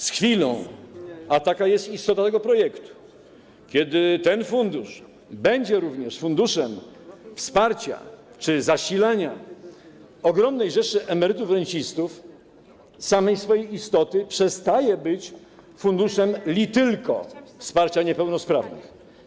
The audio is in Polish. Z chwilą - a taka jest istota tego projektu - kiedy ten fundusz będzie również funduszem wsparcia czy zasilania ogromnej rzeszy emerytów i rencistów, z samej swojej istoty przestanie być funduszem li tylko wsparcia niepełnosprawnych.